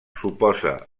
suposa